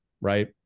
right